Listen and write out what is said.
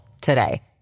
today